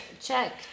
Check